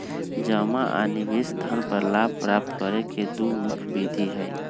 जमा आ निवेश धन पर लाभ प्राप्त करे के दु मुख्य विधि हइ